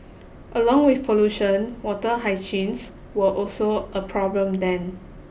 along with pollution water hyacinths were also a problem then